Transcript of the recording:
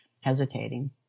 hesitating